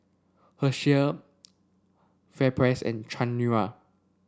Herschel FairPrice and Chanira